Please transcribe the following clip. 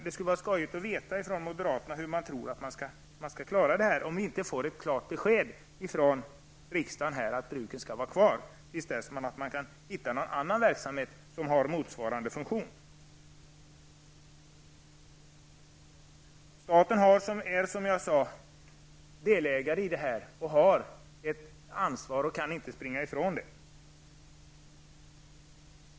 Det skulle vara intressant att veta hur moderaterna tror att det skall ske om vi inte får ett klart besked från riksdagen om att bruket skall vara kvar till dess man hittar en annan verksamhet som har motsvarande funktion. Staten är delägare och har ett ansvar som den inte kan springa ifrån.